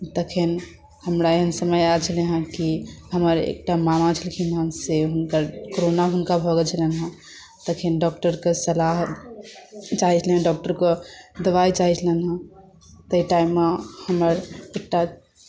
तखन हमरा एहन समय आयल छले हेँ कि हमर एकटा मामा छलखिन हेँ से हुनकर कोरोना हुनका भऽ गेल छलै हेँ तखन डॉक्टरके सलाह चाही छलनि डॉक्टरके दवाइ चाही छलनि हेँ ताहि टाइममे हमर एकटा